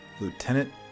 Lieutenant